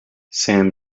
sam